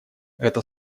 это